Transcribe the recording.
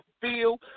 feel